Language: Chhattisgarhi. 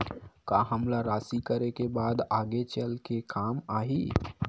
का हमला राशि करे के बाद आगे चल के काम आही?